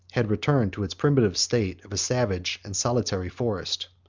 had returned to its primitive state of a savage and solitary forest.